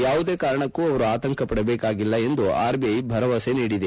ಯಾವುದೇ ಕಾರಣಕ್ಕೂ ಅವರು ಆತಂಕಕ್ಕೆ ಒಳಗಾಗಬೇಕಿಲ್ಲ ಎಂದು ಆರ್ಬಿಐ ಭರವಸೆ ನೀಡಿದೆ